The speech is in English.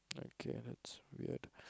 okay that's weird